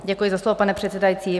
Děkuji za slovo, pane předsedající.